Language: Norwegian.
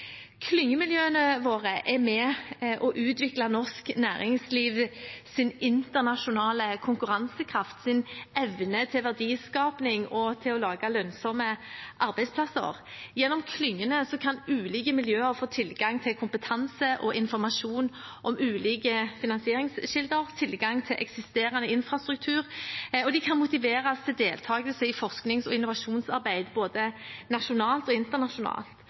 Klyngemiljøene våre er med og utvikler norsk næringslivs internasjonale konkurransekraft og evne til verdiskaping og til å lage lønnsomme arbeidsplasser. Gjennom klyngene kan ulike miljøer få tilgang til kompetanse og informasjon om ulike finansieringskilder, tilgang til eksisterende infrastruktur, og de kan motiveres til deltakelse i forsknings- og innovasjonsarbeid både nasjonalt og internasjonalt.